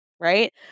Right